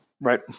right